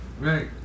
Right